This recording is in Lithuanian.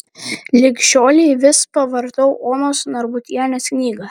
lig šiolei vis pavartau onos narbutienės knygą